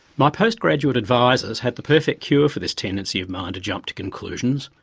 my post graduate advisers had the perfect cure for this tendency of mine to jump to conclusions,